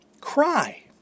cry